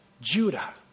Judah